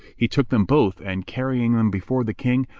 he took them both and, carrying them before the king,